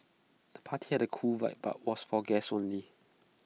the party had A cool vibe but was for guests only